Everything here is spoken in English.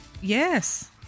Yes